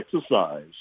exercise